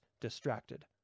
distracted